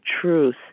truth